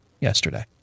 yesterday